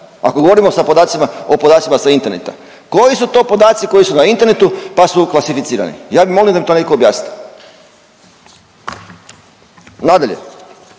ako govorimo o podacima sa interneta? Koji su to podaci koji su na internetu pa su klasificirani? Ja bi molio da mi to neko objasni. Nadalje,